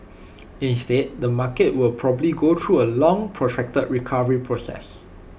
instead the market will probably go through A long protracted recovery process